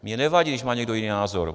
Mně nevadí, když má někdo jiný názor.